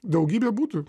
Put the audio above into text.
daugybė būtų